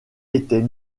était